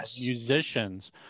musicians